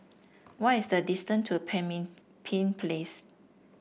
what is the distance to Pemimpin Place